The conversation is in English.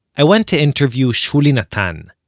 i went to interview shuli natan,